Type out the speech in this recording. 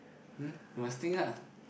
hm must think ah